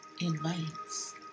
invites